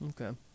Okay